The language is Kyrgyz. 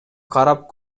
карап